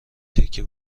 تکه